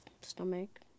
stomach